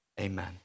amen